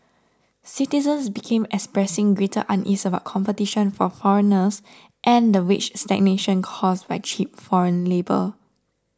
citizens began expressing greater unease about competition from foreigners and the wage stagnation caused by cheap foreign labour